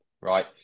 right